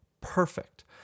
Perfect